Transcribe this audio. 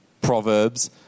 Proverbs